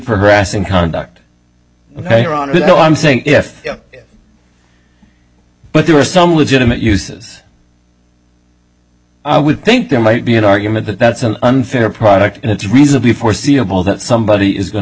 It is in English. progressing conduct ok ron what i'm saying if yeah but there are some legitimate uses i would think there might be an argument that that's an unfair product and it's reasonably foreseeable that somebody is going to